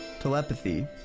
telepathy